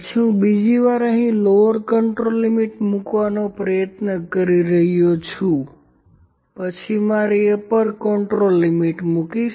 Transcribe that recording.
પછી હું બીજી વાર અહીં લોવર કન્ટ્રોલ લિમિટ મૂકવાનો પ્રયત્ન કરી રહ્યો છું પછી મારી અપર કન્ટ્રોલ લિમિટ મૂકીશ